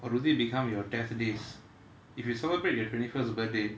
or do they become your death days if you celebrate your twenty first birthday